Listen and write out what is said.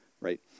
right